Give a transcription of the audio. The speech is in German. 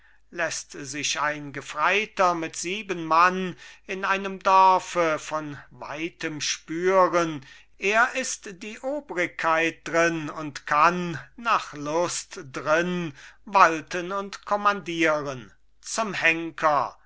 läßt sich ein gefreiter mit sieben mann in einem dorfe von weitem spüren er ist die obrigkeit drin und kann nach lust drin walten und kommandieren zum henker